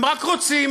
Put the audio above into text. הם רק רוצים,